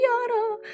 yada